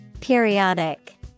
Periodic